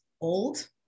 old